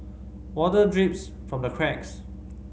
water drips from the cracks